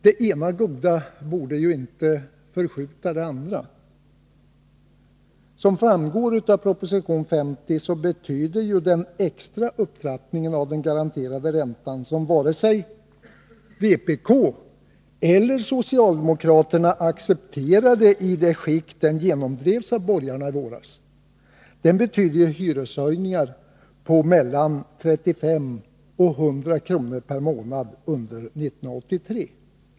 Det ena goda borde inte förskjuta det andra. Som framgår av proposition 50 betyder den extra upptrappningen av den garanterade räntan — som varken vpk eller socialdemokraterna accepterade i det skick den genomdrevs av borgarna i våras — hyreshöjningar på mellan 35 och 100 kr. per månad under 1983.